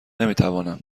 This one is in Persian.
نمیتوانم